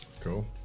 cool